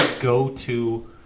go-to